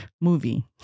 movie